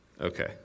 Okay